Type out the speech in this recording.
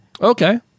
Okay